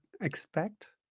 expect